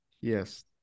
Yes